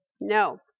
No